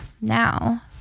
Now